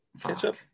ketchup